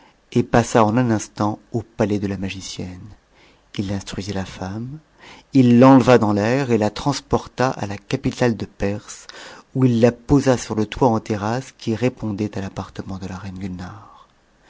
et passa en un instant au palais de la magicienne il instruisit la femme il t'enleva dans l'air et la transporta la capitale perse où il la posa sur le toit en terrasse qui répondait a appa ment de la reine